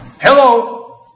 Hello